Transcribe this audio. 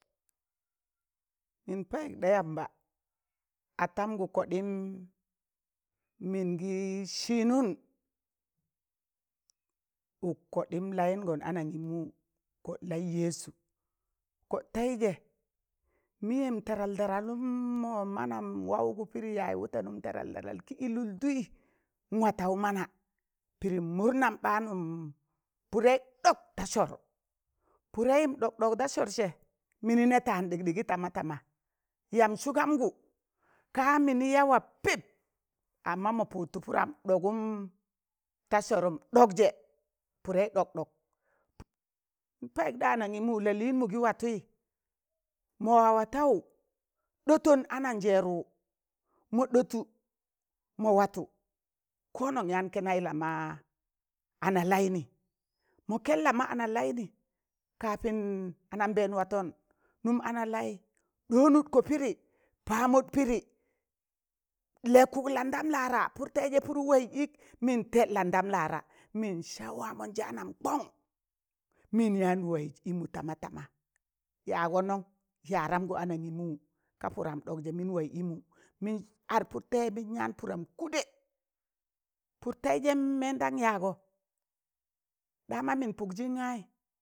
Mịn payụk ɗa yamba atamgụ kọɗịm, mịn gị sịnụn, ụk kọɗịm layụngọn anangịmụ kọd laị yẹsu kod tẹịzẹ mịyẹm tadal tadal um ma mamam wụwgụ pịdịm yaz wụtan tadal tadalụm kị ịlụdụị n wataụ mana pịdị murnam ɓaanụm pụdẹị ɗok ga sọr pụdẹịm ɗọk ɗọk tei da sọrsẹ mịnị nị tan ɗiḳɗịgị tamatama yam sụgangụ ga mịnị yawa pịp, amma mọ pụtụ padam ɗọgụm da sọrụm ɗọkjẹ pụdẹị ɗọkɗọk, mịn payụk da anangịmụ la lịịnmụ gị watụị, mọ wa wataụ ɗọton anan jẹrwụ mọ ɗọtụ, mọ watu, konon yaan kẹnẹị lama ana laịnị ma kẹn kama ana laịn kapin anambẹẹn watọn nụm ana laị ɗọọnụgọ pịdị pamụd pịdị lẹkụk landam laara pụrụ tẹịjẹ pụrụ waịz ịk mịn teḍ ladam laara mịn sawa mọn njanan kọng mịn yaan waịzẹ ịmụ tama tama yagọ nọn? yadam gụ anangịmụ, ka pụdam ɗọk jẹ mịn waị ịmụ, mịn ad pụd tẹịzẹ min yaan pụdam kụdẹ pụd tẹịzẹn mẹndam yaagọ ɗama mịn pụgjịn gaị.